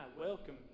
Welcome